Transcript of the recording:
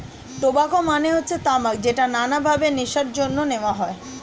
tobacco মানে হচ্ছে তামাক যেটা নানান ভাবে নেশার জন্য নেওয়া হয়